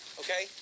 okay